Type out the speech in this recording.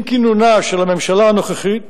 עם כינונה של הממשלה הנוכחית